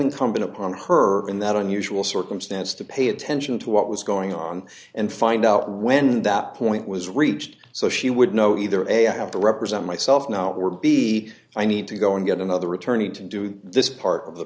in upon her in that unusual circumstance to pay attention to what was going on and find out when that point was reached so she would know either a i have to represent myself now we're b i need to go and get another attorney to do this part of the